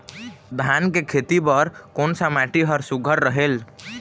धान के खेती बर कोन सा माटी हर सुघ्घर रहेल?